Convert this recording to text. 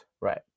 right